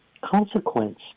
consequence